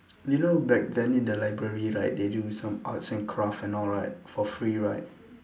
you know back then in the library right they do some arts and craft and all right for free right